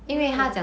ya